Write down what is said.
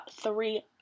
three